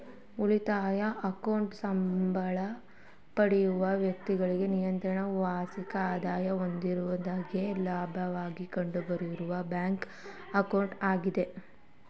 ಉಳಿತಾಯ ಅಕೌಂಟ್ ಸಂಬಳ ಪಡೆಯುವ ವ್ಯಕ್ತಿಗಳಿಗೆ ನಿಯಮಿತ ಮಾಸಿಕ ಆದಾಯ ಹೊಂದಿರುವವರಿಗೆ ಲಾಭದಾಯಕವಾಗಿರುವ ಬ್ಯಾಂಕ್ ಅಕೌಂಟ್ ಆಗಿದೆ